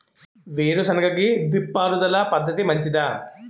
వేరుసెనగ కి డ్రిప్ నీటిపారుదల పద్ధతి మంచిదా?